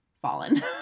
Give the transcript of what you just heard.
fallen